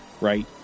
right